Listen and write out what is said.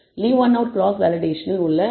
leave one out cross வேலிடேஷனில் உள்ள M